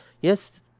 Yes